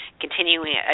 continuing